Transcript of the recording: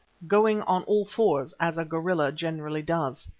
going on all fours, as a gorilla generally does.